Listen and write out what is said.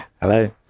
Hello